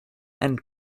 and